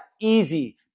easy